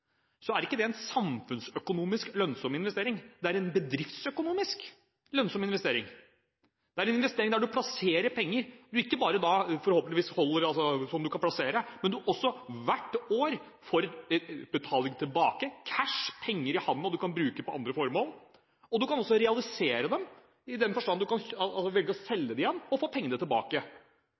så er ikke det en samfunnsøkonomisk lønnsom investering, det er en bedriftsøkonomisk lønnsom investering. Det er en investering der du plasserer penger som du forhåpentligvis ikke bare kan plassere, men der du også hvert år får betaling tilbake – som cash, penger i hånda – som du kan bruke på andre formål. Og du kan også realisere investeringene, i den forstand at du kan velge å selge dem og få pengene tilbake.